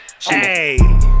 Hey